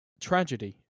Tragedy